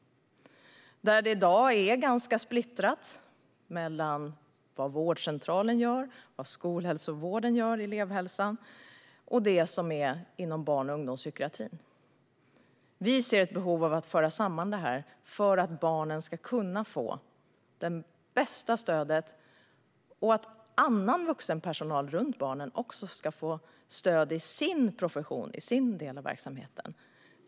I dag är det ganska splittrat mellan vad vårdcentralen gör, vad skolhälsovården och elevhälsan gör och vad barn och ungdomspsykiatrin gör. Vi ser ett behov av att föra samman det här, för att barn ska kunna få det bästa stödet och för att annan vuxen personal runt barnet ska få stöd i sin profession och sin del av verksamheten.